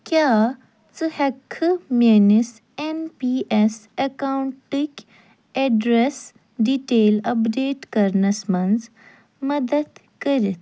کیٛاہ ژٕ ہیٚکہٕ کھہٕ میٛٲنِس ایٚن پی ایٚس ایٚکاونٛٹٕکۍ ایٚڈرس ڈِٹیل اپ ڈیٹ کرنَس منٛز مدد کٔرِتھ